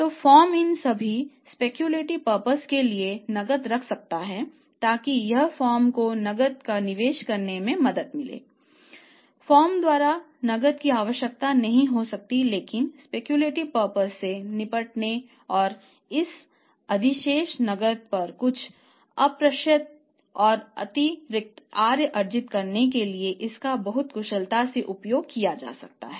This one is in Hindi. तो फर्म इन सभी स्पेक्युलेटिव पर्पस से निपटने और इस अधिशेष नकदी पर कुछ अप्रत्याशित या अतिरिक्त आय अर्जित करने के लिए इसका बहुत कुशलता से उपयोग किया जा सकता है